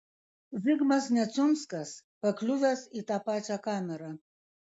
zigmas neciunskas pakliuvęs į tą pačią kamerą